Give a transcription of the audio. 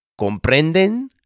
Comprenden